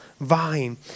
vine